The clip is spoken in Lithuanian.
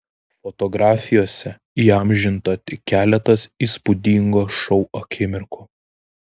fotografijose įamžinta tik keletas įspūdingo šou akimirkų